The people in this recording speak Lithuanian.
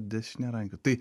dešiniarankiu tai